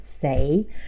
say